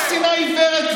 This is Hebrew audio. יש פה שנאה עיוורת.